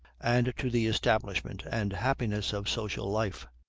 and to the establishment and happiness of social life.